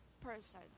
person